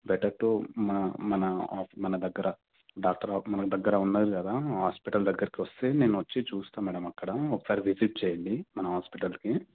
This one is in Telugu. బెటర్ టూ మా మన ఆప్ మన దగ్గర డాక్టర్ ఒకరు మన దగ్గర ఉన్నారు కదా ఆ హాస్పిటల్ దగ్గరకి వస్తే నేను వచ్చి చూస్తా మ్యాడమ్ అక్కడ ఒకసారి విజిట్ చెయ్యండి మన హాస్పిటల్కి